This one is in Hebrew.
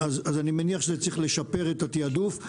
אני מניח שזה צריך לשפר את התיעדוף.